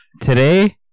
Today